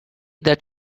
that